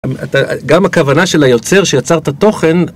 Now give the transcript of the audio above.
גם הכוונה של היוצר שיצר את התוכן